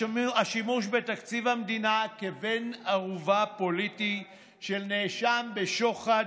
השימוש בתקציב המדינה כבן ערובה פוליטי של נאשם בשוחד,